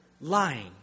lying